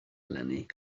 eleni